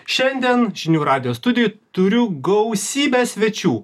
šiandien žinių radijo studijoj turiu gausybę svečių